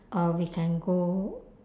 uh we can go